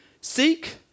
seek